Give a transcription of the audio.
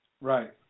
right